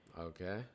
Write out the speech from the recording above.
Okay